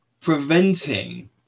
preventing